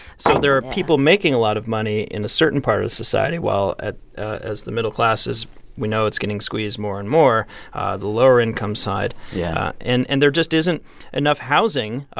so there are people making a lot of money in a certain part of society while at as the middle class, as we know, it's getting squeezed more and more the lower income side yeah and and there just isn't enough housing.